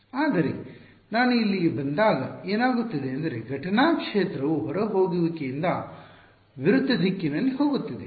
ಆದರೆ ನಾನು ಇಲ್ಲಿಗೆ ಬಂದಾಗ ಏನಾಗುತ್ತಿದೆ ಎಂದರೆ ಘಟನಾ ಕ್ಷೇತ್ರವು ಹೊರಹೋಗುವಿಕೆಯಿಂದ ವಿರುದ್ಧ ದಿಕ್ಕಿನಲ್ಲಿ ಹೋಗುತ್ತಿದೆ